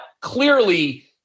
clearly